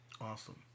Awesome